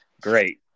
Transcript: great